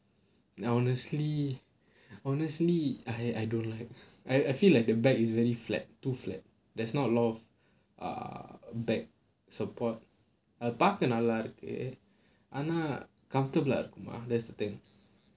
ya honestly honestly I I don't like I I feel like the back is very flat too flat there's not a lot of ah back support பார்க்க நல்லா இருக்கு ஆனா:paarkka nallaa irukku aanaa comfortable lah that's the thing